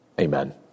Amen